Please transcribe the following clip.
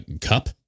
cup